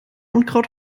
unkraut